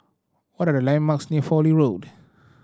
what are the landmarks near Fowlie Road